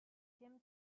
tim